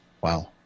Wow